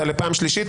אתה לפעם שלישית,